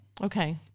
Okay